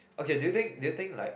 okay do you think do you think like